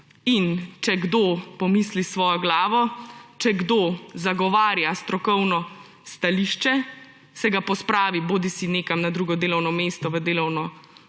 In če kdo pomisli s svojo glavo, če kdo zagovarja strokovno stališče, se ga pospravi nekam na delovno mesto v delovno